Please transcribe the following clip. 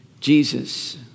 Jesus